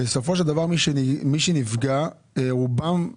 בסופו של דבר מי שנפגע, רוב אלה שנפגעו,